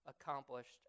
accomplished